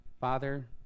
Father